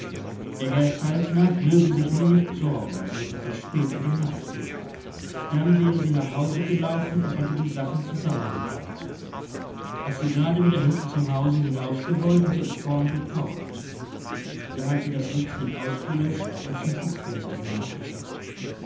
der herr saltner möge sich nur nicht sorgen wenn es etwas spät in der nacht würde dann wäre sie nach hause gelaufen und hätte die sachen zusammengepackt als sie gerade wieder hinten zum hause hinausgewollt hätte es vorn gepocht da hat sie das licht schnell ausgelöscht und zum